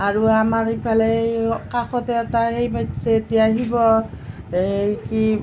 আৰু আমাৰ সেইফালে এই কাষতে এটা সেই পাতিছে এতিয়া শিৱ সেই কি